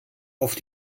auf